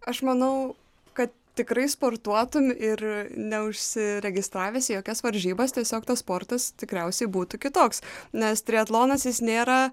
aš manau kad tikrai sportuotum ir neužsiregistravęs į jokias varžybas tiesiog tas sportas tikriausiai būtų kitoks nes triatlonas jis nėra